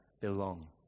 belong